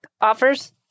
offers